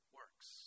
works